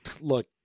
Look